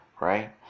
right